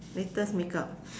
latest makeup